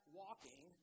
walking